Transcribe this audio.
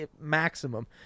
maximum